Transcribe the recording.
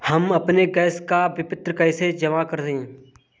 हम अपने गैस का विपत्र कैसे जमा करें?